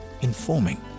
informing